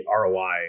ROI